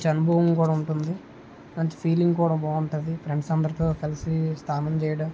మంచి అనుభవం కూడా ఉంటుంది మంచి ఫీలింగ్ కూడా బాగుంటుంది ఫ్రెండ్స్ అందరితో కలిసి స్నానం చేయడం